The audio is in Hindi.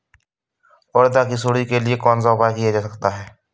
उड़द की सुंडी के लिए कौन सा उपाय किया जा सकता है?